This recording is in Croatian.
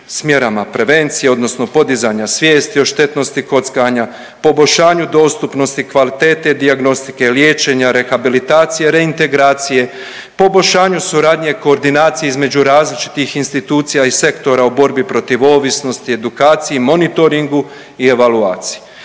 s mjerama prevencije odnosno podizanja svijesti o štetnosti kockanja, poboljšanju dostupnosti kvalitete, dijagnostike liječenja, rehabilitacije, reintegracije, poboljšanju suradnje koordinacije između različitih institucija i sektora u borbi protiv ovisnosti, edukaciji i monitoringu i evaluaciji.